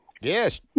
Yes